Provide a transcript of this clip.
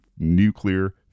nuclear